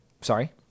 Sorry